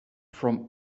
from